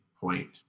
point